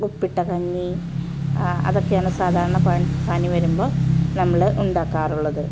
ഉപ്പിട്ട കഞ്ഞി അതൊക്കെയാണ് സാധാരണ പനി വരുമ്പോൾ നമ്മൾ ഉണ്ടാക്കാറുള്ളത്